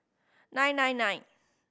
nine nine nine